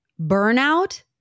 Burnout